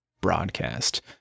broadcast